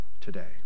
Today